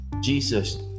Jesus